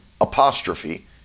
apostrophe